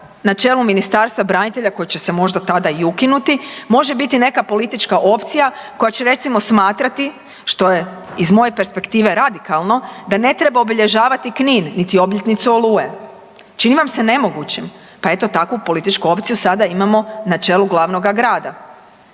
na čelu Ministarstva branitelja koji će se možda tada i ukinuti može biti neka politička opcija koja će recimo smatrati što je iz moje perspektive radikalno, da ne treba obilježavati Knin niti obljetnicu Oluje. Čini vam se nemogućim? Pa eto takvu političku opciju sada imamo na čelu glavnoga grada.